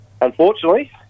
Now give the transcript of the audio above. unfortunately